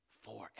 forever